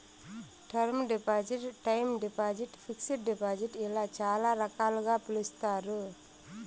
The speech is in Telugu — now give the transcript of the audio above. term deposit time deposit fixed deposit ఇలా చాలా రకాలుగా పిలుస్తారు